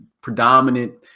predominant